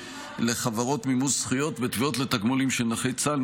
וחברות מימוש זכויות בתביעות לתגמולים של נכי צה"ל,